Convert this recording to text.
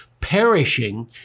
perishing